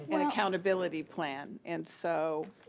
and accountability plan and so.